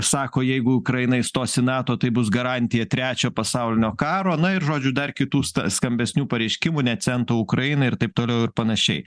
sako jeigu ukraina įstos į nato tai bus garantija trečio pasaulinio karo na ir žodžiu dar kitų sta skambesnių pareiškimų nė cento ukrainai ir taip toliau ir panašiai